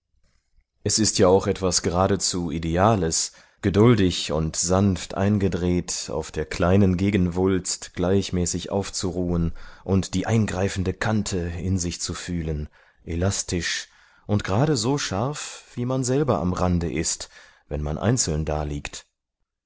es ist ja auch etwas geradezu ideales geduldig und sanft eingedreht auf der kleinen gegenwulst gleichmäßig aufzuruhen und die eingreifende kante in sich zu fühlen elastisch und gerade so scharf wie man selber am rande ist wenn man einzeln daliegt